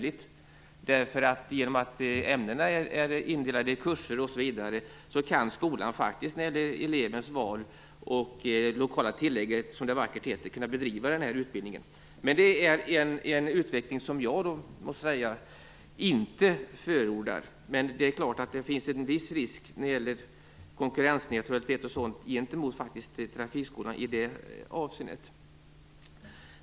I och med att ämnena är indelade i kurser osv. kan skolan inom ramen för elevens val och det lokala tillägget, som det så vackert heter, bedriva denna utbildning. Men detta är en utveckling som jag inte förordar, därför att det finns naturligtvis en viss risk när det gäller konkurrensneutraliteten gentemot trafikskolorna.